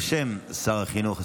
בשם שר החינוך,